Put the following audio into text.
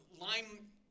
lime